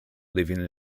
leaving